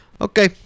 Okay